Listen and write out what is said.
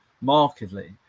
markedly